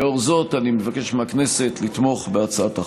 לאור זאת, אני מבקש מהכנסת לתמוך בהצעת החוק.